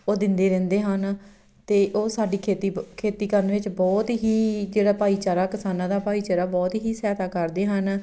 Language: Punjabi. ਉਹ ਦਿੰਦੇ ਰਹਿੰਦੇ ਹਨ ਅਤੇ ਉਹ ਸਾਡੀ ਖੇਤੀ ਖੇਤੀ ਕਰਨ ਵਿੱਚ ਬਹੁਤ ਹੀ ਜਿਹੜਾ ਭਾਈਚਾਰਾ ਕਿਸਾਨਾਂ ਦਾ ਭਾਈਚਾਰਾ ਬਹੁਤ ਹੀ ਸਹਾਇਤਾ ਕਰਦੇ ਹਨ